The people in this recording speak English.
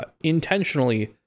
intentionally